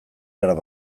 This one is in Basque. behar